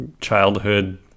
childhood